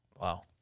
Wow